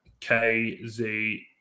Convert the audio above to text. KZ